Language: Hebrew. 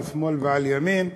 על שמאל ועל ימין,